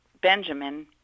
Benjamin